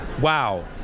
Wow